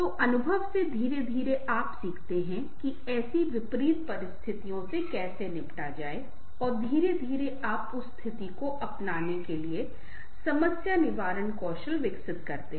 तो अनुभव से धीरे धीरे आप सीखते हैं कि ऐसी विपरीत परिस्थितियों से कैसे निपटा जाए और धीरे धीरे आप उस स्थिति को अपनाने के लिए समस्या निवारण कौशल विकसित करें